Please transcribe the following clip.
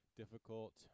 difficult